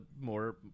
more